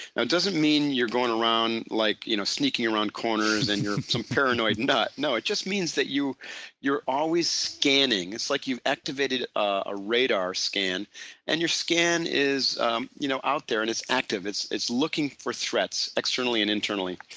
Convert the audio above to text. it doesn't mean you're going around like you know sneaking around corners and you're some paranoid nut no. it just means that you're always scanning. it's like you've activated a radar scan and your scan is um you know out there and it's active, it's it's looking for threats externally and internally.